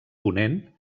ponent